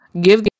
Give